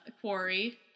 quarry